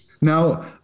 Now